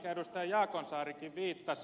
jaakonsaarikin viittasi